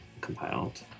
compiled